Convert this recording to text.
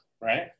right